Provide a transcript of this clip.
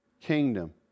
kingdom